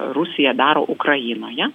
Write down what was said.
rusija daro ukrainoje